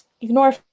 Ignore